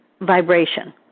Vibration